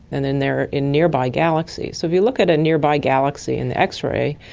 and then they are in nearby galaxies. so if we look at a nearby galaxy in the x-ray,